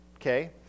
Okay